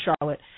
Charlotte